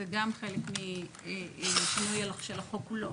זה גם חלק של החוק כולו.